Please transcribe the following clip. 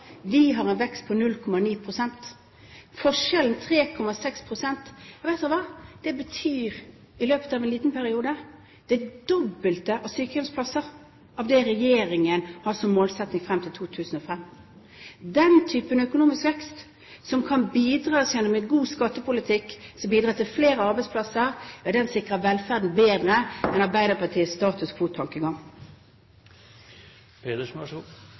Vi har en vekst på 0,9 pst. Forskjellen, 3,6 pst. – ja, vet dere hva? – betyr i løpet av en liten periode det dobbelte av det antall sykehjemsplasser regjeringen har som målsetning frem til 2005. Den typen økonomisk vekst, som kan oppnås gjennom en god skattepolitikk og bidra til flere arbeidsplasser, sikrer velferden bedre enn Arbeiderpartiets